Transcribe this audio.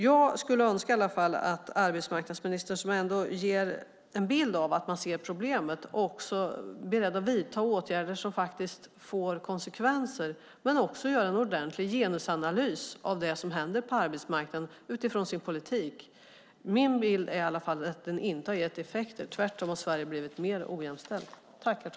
Jag skulle önska att arbetsmarknadsministern, som ändå ger en bild av att man ser problemet, är beredd att vidta åtgärder som faktiskt får konsekvenser men också göra en ordentlig genusanalys av det som händer på arbetsmarknaden utifrån regeringens politik. Min bild är i alla fall att den inte har gett effekter. Tvärtom har Sverige blivit mer ojämställt.